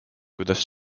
kuidas